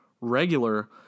regular